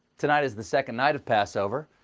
tonight's the second night of passover.